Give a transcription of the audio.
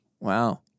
Wow